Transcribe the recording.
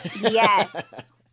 Yes